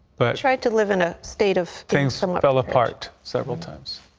but right to live in a state of things so fell apart. several times.